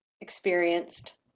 Experienced